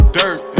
dirt